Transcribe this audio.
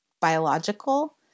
biological